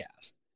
cast